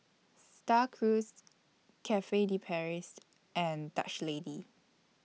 STAR Cruise Cafe De Paris and Dutch Lady